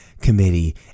committee